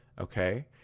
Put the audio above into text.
okay